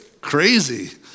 crazy